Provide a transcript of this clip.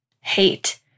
hate